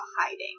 hiding